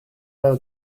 l’air